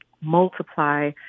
multiply